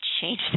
change